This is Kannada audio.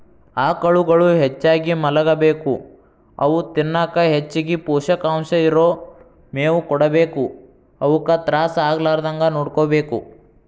ಆಕಳುಗಳು ಹೆಚ್ಚಾಗಿ ಮಲಗಬೇಕು ಅವು ತಿನ್ನಕ ಹೆಚ್ಚಗಿ ಪೋಷಕಾಂಶ ಇರೋ ಮೇವು ಕೊಡಬೇಕು ಅವುಕ ತ್ರಾಸ ಆಗಲಾರದಂಗ ನೋಡ್ಕೋಬೇಕು